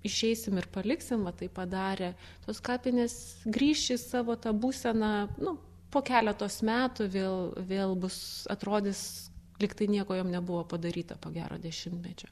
išeisim ir paliksim va tai padarę tos kapinės grįš į savo tą būseną nu po keletos metų vėl vėl bus atrodys lyg tai nieko jom nebuvo padaryta po gero dešimtmečio